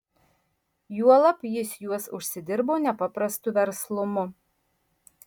juolab jis juos užsidirbo nepaprastu verslumu